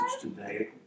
today